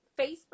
Facebook